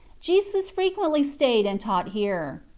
jesus frequently stayed and taught here.